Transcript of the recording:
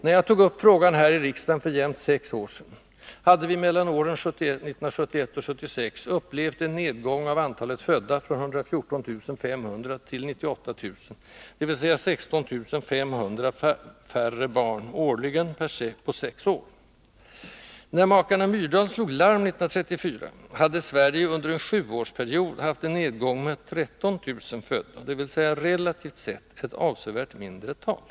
När jag tog upp frågan här i riksdagen för jämnt sex år sedan hade vi mellan åren 1971 och 1976 upplevt en nedgång av antalet födda från 114 500 till 98 000, dvs. 16 500 färre barn per år under förloppet av dessa sex år. När makarna Myrdal slog larm 1934 hade Sverige under en sjuårsperiod haft en nedgång med 13 000 födda, dvs. ett relativt sett avsevärt mindre tal.